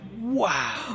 Wow